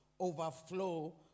overflow